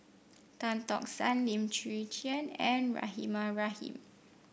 Tan Tock San Lim Chwee Chian and Rahimah Rahim